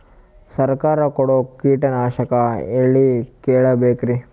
ಸರಕಾರ ಕೊಡೋ ಕೀಟನಾಶಕ ಎಳ್ಳಿ ಕೇಳ ಬೇಕರಿ?